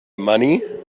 money